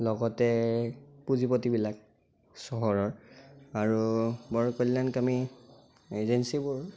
লগতে পুঁজিপতিবিলাক চহৰৰ আৰু বৰ কল্যাণকামী এজেঞ্চিবোৰ